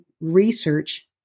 research